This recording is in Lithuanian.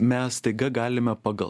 mes staiga galime pagal